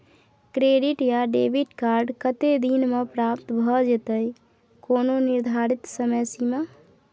Credit या debit card कत्ते दिन म प्राप्त भ जेतै, कोनो निर्धारित समय सीमा?